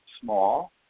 small